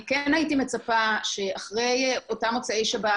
אני כן הייתי מצפה שאחרי אותה מוצאי שבת,